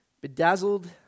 Bedazzled